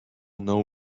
know